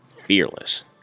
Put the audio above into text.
fearless